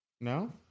No